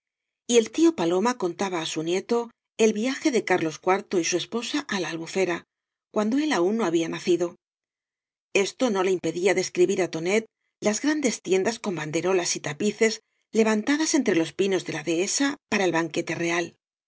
y el tío paloma contaba á su nieto el viaje de carlos iv y su esposa á la albufera cuando él aun no había nacido esto no le impedía describir á tonet las grandes tiendas con banderolas y tapices levantadas entre los pinos de la dehesa para el banquete real